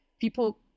People